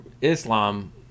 Islam